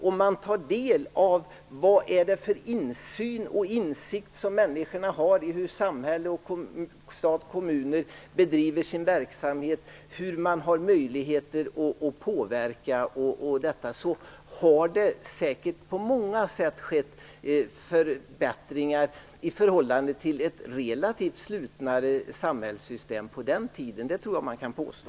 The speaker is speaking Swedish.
Om man tar del av den insyn och insikt som människorna har när det gäller hur samhället, stat och kommuner bedriver sin verksamhet och människornas möjligheter att påverka har det säkert på många sätt skett förbättringar i förhållande till ett relativt mer slutet samhällssystem som det var tidigare. Det tror jag nog att man kan påstå.